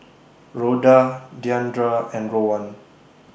Rhoda Deandra and Rowan